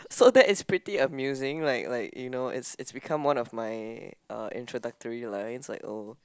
so that is pretty amusing like like you know it's it's become one of my uh introductory lines like oh